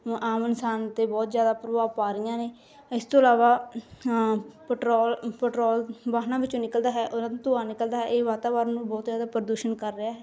ਆਮ ਇਨਸਾਨ 'ਤੇ ਬਹੁਤ ਜ਼ਿਆਦਾ ਪ੍ਰਭਾਵ ਪਾ ਰਹੀਆਂ ਨੇ ਇਸ ਤੋਂ ਇਲਾਵਾ ਪਟਰੋਲ ਪਟਰੋਲ ਵਾਹਨਾਂ ਵਿੱਚੋਂ ਨਿਕਲਦਾ ਹੈ ਉਹਨਾਂ ਦਾ ਧੂੰਆਂ ਨਿਕਲਦਾ ਹੈ ਇਹ ਵਾਤਾਵਰਨ ਨੂੰ ਬਹੁਤ ਜ਼ਿਆਦਾ ਪ੍ਰਦੂਸ਼ਣ ਕਰ ਰਿਹਾ ਹੈ